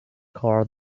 car